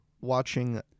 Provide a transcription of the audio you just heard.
watching